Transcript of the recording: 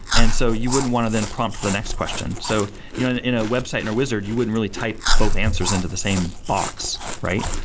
and so you wouldn't want to then prompt to the next question. so you know in a website, in a wizard, you wouldn't really type both answers into the same box, right?